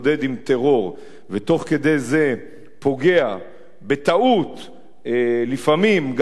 ותוך כדי זה פוגע בטעות לפעמים גם באזרחים,